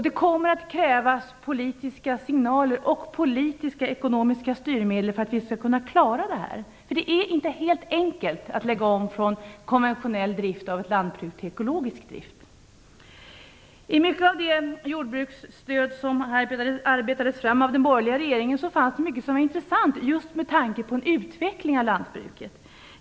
Det kommer att krävas politiska signaler och ekonomisk-politiska styrmedel för att vi skall kunna klara det här. Det är inte lätt att lägga om från konventionell drift av ett lantbruk till ekologisk drift. I det jordbruksstöd som arbetades fram av den borgerliga regeringen fanns det mycket som var intressant, just med tanke på en utveckling av lantbruket.